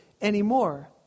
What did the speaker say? anymore